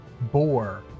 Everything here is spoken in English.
boar